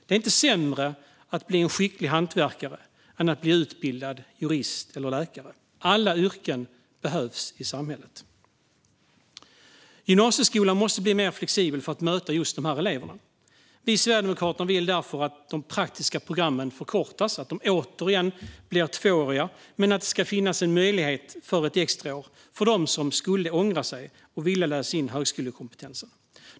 Det är inte sämre att bli en skicklig hantverkare än att bli en utbildad jurist eller läkare. Alla yrken behövs i samhället. Gymnasieskolan måste bli mer flexibel för att möta dessa elever. Vi sverigedemokrater vill därför att de praktiska programmen förkortas så att de återigen blir tvååriga men att det ska finnas möjlighet till ett extra år för den som ångrar sig och vill läsa in högskolekompetensen.